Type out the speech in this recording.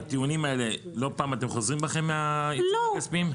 בטיעונים האלה לא פעם אתם חוזרים בכם מהעיצומים הכספיים?